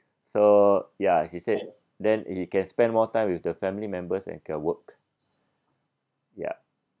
so ya he said then he can spend more time with the family members and can work ya